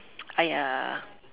!aiya!